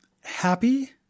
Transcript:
Happy